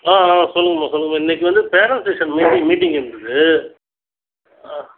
ஆ ஆ சொல்லுங்கம்மா சொல்லுங்கம்மா இன்னைக்கு வந்து பேரெண்ட்ஸ் டீச்சர்ஸ் மீட்டிங் மீட்டிங் இருந்தது ஆ